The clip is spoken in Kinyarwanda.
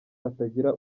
hatagira